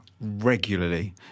regularly